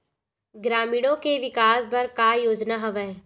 ग्रामीणों के विकास बर का योजना हवय?